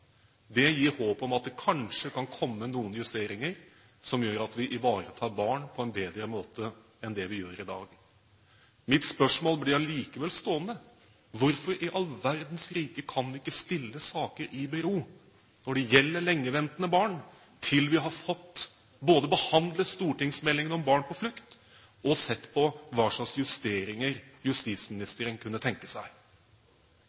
Det gir håp om at det kanskje kan komme noen justeringer som gjør at vi ivaretar barn på en bedre måte enn det vi gjør i dag. Mitt spørsmål blir allikevel stående: Hvorfor i all verdens rike kan vi ikke stille saker i bero når det gjelder lengeventende barn, til vi har fått behandlet stortingsmeldingen om barn på flukt og sett på hva slags justeringer